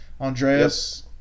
Andreas